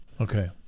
Okay